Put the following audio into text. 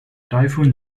typhoon